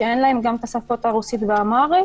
שאין להם גם השפות הרוסית והאמהרית.